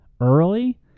early